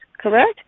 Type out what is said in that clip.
correct